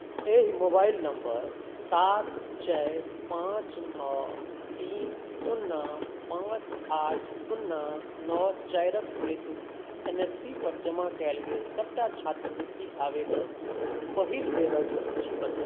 एहि mobile number सात चारि पाँच नओ तीन सुन्ना पाँच आठ सुन्ना नओ चारिक हेतु एन एस पी पर जमा कयल गेल सभटा छात्रवृत्ति आवेदन पहिल बेरक सूची बनाउ